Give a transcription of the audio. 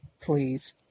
please